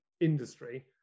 industry